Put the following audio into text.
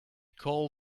call